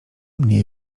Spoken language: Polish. mnie